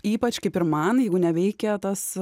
ypač kaip ir man jeigu neveikia tas